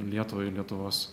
lietuvai ir lietuvos